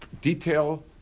detail